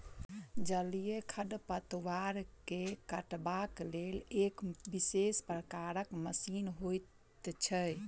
जलीय खढ़पतवार के काटबाक लेल एक विशेष प्रकारक मशीन होइत छै